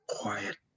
quiet